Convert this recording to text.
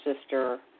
sister